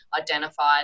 identified